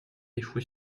échoué